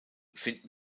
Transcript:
finden